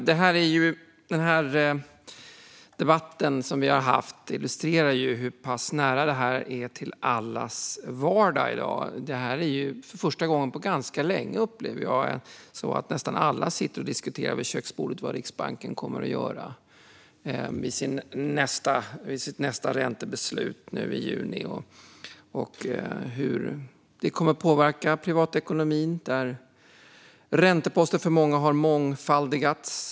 Herr talman! Denna debatt illustrerar hur nära dessa frågor är till allas vardag. För första gången på länge upplever jag att nästan alla diskuterar vid köksbordet vad Riksbanken kommer att göra vid sitt nästa räntebeslut i juni. Beslutet kommer att påverka privatekonomin, där ränteposterna för många har mångfaldigats.